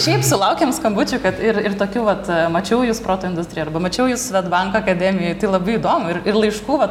šiaip sulaukėm skambučių kad ir ir tokių vat mačiau jus proto industrija arba mačiau jus svedbank akademijoj tai labai įdomu ir ir laiškų vat